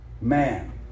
man